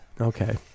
Okay